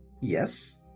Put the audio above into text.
Yes